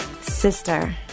Sister